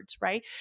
right